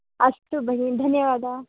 अस्तु भगिनी धन्यवादः